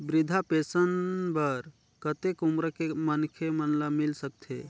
वृद्धा पेंशन बर कतेक उम्र के मनखे मन ल मिल सकथे?